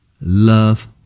Love